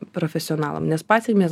profesionalam nes pasekmės